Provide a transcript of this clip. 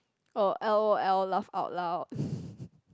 or l_o_l laugh out loud